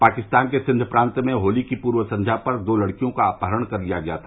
पाकिस्तान के सिंध प्रांत में होली की पूर्व संध्या पर दो लड़कियों का अपहरण कर लिया गया था